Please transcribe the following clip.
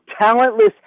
talentless